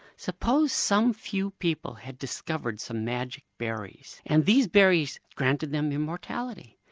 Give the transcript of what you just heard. suppose some few people had discovered some magic berries and these berries granted them immortality,